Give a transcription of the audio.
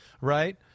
right